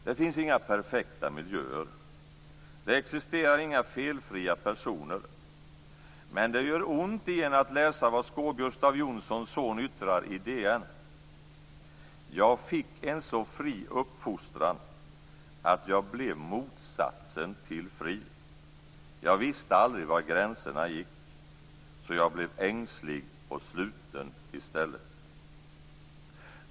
Det finns inga perfekta miljöer, det existerar inga felfria personer, men det gör ont i en att läsa vad Skå Gustav Jonssons son yttrar i DN: Jag fick en så fri uppfostran att jag blev motsatsen till fri. Jag visste aldrig var gränserna gick, så jag blev ängslig och sluten i stället.